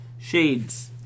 Shades